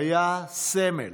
היה סמל,